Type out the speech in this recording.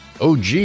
OG